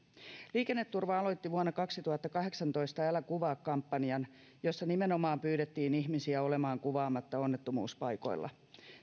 liikenneturva aloitti vuonna kaksituhattakahdeksantoista älä kuvaa kampanjan jossa nimenomaan pyydettiin ihmisiä olemaan kuvaamatta onnettomuuspaikoilla